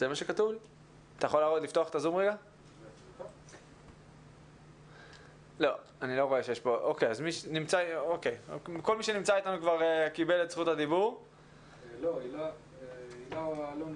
הילה אלוני